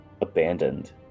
abandoned